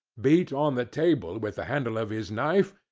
beat on the table with the handle of his knife,